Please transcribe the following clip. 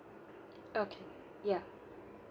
okay ya